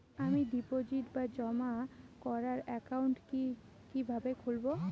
আমি ডিপোজিট বা জমা করার একাউন্ট কি কিভাবে খুলবো?